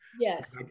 Yes